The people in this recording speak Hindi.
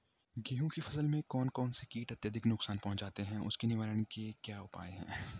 गेहूँ की फसल में कौन कौन से कीट अत्यधिक नुकसान पहुंचाते हैं उसके निवारण के क्या उपाय हैं?